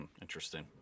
Interesting